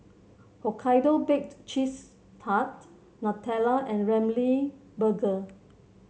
Hokkaido Baked Cheese Tart Nutella and Ramly Burger